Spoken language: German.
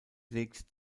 legt